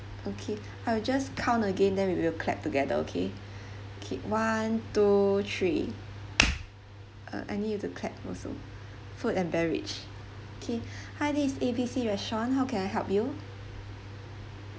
okay I will just count again then we will clap together okay K one two three uh I need you to clap also food and beverage K hi this is A B C restaurant how can I help you